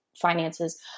finances